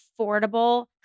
affordable